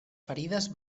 ferides